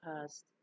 past